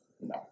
No